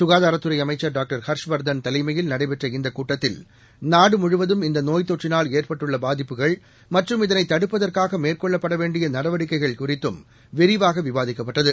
சுகாதாரத்துறைஅமைச்சர் doctor Harshvardhan தலைமையில் நடைபெற்ற இந்தகூட்டத்தில் நாடுமுழுவதும் தொற்றினால் ஏற்பட்டுள்ளபாதிப்புகள் மற்றும் இந்தநோய் இதனைதடுப்பதற்காகமேற்கொள்ளப்படவேண்டியநடவடிக்கைகள் குறித்தும் விரிவாகவிவாதிக்கப்பட்டது